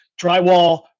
drywall